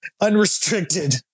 unrestricted